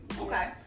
okay